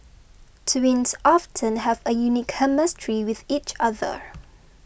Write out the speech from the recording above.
twins often have a unique chemistry with each other